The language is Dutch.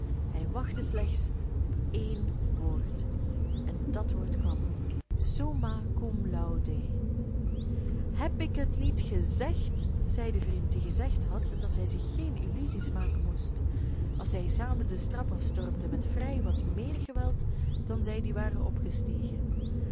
hij wachtte slechts op één woord en dat woord kwam summâ cum laude heb ik het niet gezegd zei de vriend die gezegd had dat hij zich geen illusies maken moest als zij samen de trap afstormden met vrij wat meer geweld dan zij die waren opgestegen